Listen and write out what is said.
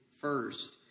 first